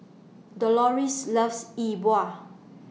Doloris loves Yi Bua